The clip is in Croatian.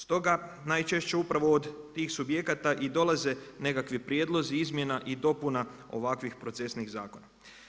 Stoga najčešće upravo od tih subjekata i dolaze nekakvi prijedlozi izmjena i dopuna ovakvih procesnih zakona.